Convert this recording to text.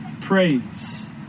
Praise